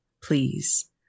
please